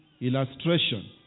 illustration